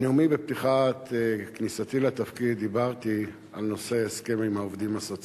בנאומי בכניסתי לתפקיד דיברתי על נושא ההסכם עם העובדים הסוציאליים.